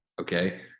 okay